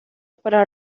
para